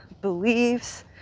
beliefs